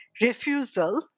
refusal